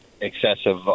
excessive